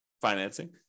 financing